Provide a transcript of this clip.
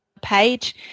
page